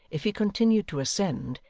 if he continued to ascend,